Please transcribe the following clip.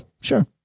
Sure